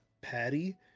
patty